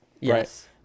Yes